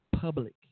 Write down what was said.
public